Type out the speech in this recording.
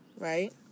right